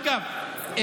אגב,